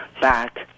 back